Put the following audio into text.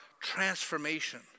transformation